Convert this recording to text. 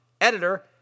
editor